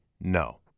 No